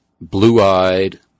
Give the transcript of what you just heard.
blue-eyed